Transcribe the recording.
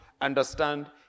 understand